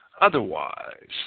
Otherwise